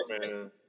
Man